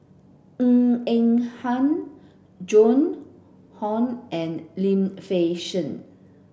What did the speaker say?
Ng Eng Hen Joan Hon and Lim Fei Shen